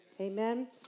Amen